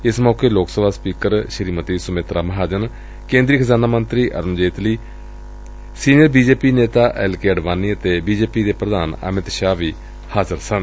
ਏਸ ਮੌਕੇ ਲੋਕ ਸਭਾ ਸਪੀਕਰ ਸ੍ਰੀਮਤੀ ਸੁਮਿੱਤਰਾ ਮਹਾਜਨ ਕੇਦਰੀ ਖਜ਼ਾਨਾ ਮੰਤਰੀ Arun Jaitley senior B J P ਨੇਤਾ ਐਲ ਕੇ ਅਡਵਾਨੀ ਅਤੇ ਬੀ ਜੇ ਪੀ ਪ੍ਰਧਾਨ ਅਮਿਤ ਸ਼ਾਹ ਵੀ ਹਾਜ਼ਰ ਸਨ